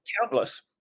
countless